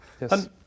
yes